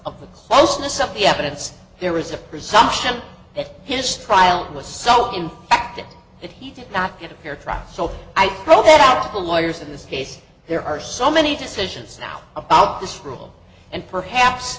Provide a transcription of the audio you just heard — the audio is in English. of the closeness of the evidence there was a presumption that his trial was so in fact that he did not get a fair trial so i throw that out to the lawyers in this case there are so many decisions now about this rule and perhaps